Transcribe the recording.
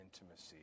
intimacy